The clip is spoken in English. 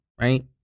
right